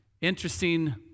interesting